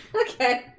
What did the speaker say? Okay